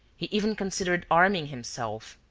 he even considered arming himself,